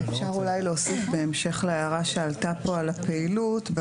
אפשר אולי להוסיף בהמשך להערה שעלתה פה על הפעילות,